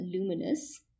luminous